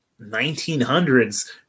1900s